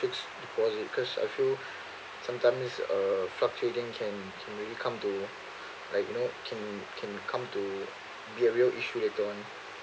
fixed deposit cause I feel sometimes uh fluctuating can really come to like you know can can come to real issue later on